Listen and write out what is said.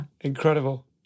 Incredible